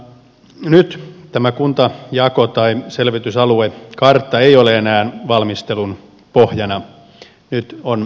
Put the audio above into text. nyt tämä kuntajako tai selvitysaluekartta ei ole enää valmistelun pohjana nyt on edessä uusi vaihe